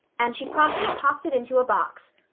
and she promptly popped it into a box.